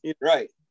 right